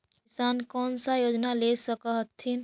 किसान कोन सा योजना ले स कथीन?